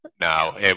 No